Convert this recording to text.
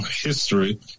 history